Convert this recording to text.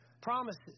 Promises